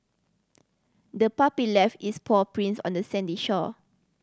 the puppy left its paw prints on the sandy shore